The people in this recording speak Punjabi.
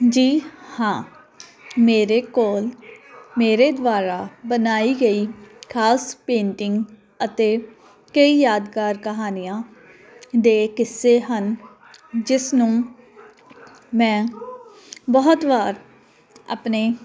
ਜੀ ਹਾਂ ਮੇਰੇ ਕੋਲ ਮੇਰੇ ਦੁਆਰਾ ਬਣਾਈ ਗਈ ਖਾਸ ਪੇਂਟਿੰਗ ਅਤੇ ਕਈ ਯਾਦਗਾਰ ਕਹਾਣੀਆਂ ਦੇ ਕਿੱਸੇ ਹਨ ਜਿਸ ਨੂੰ ਮੈਂ ਬਹੁਤ ਵਾਰ ਆਪਣੇ